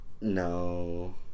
No